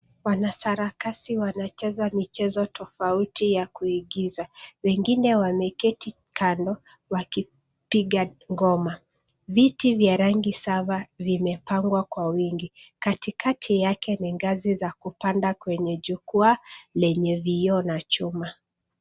Wanasarakasi wanacheza michezo tofauti ya kuigiza, wengine wameketi kando wakipiga ngoma ,viti vya rangi saba vimepangwa kwa wingi katikati yake ni ngazi za kupanda kwenye jukwaa lenye vyoo na chuma.